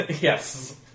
Yes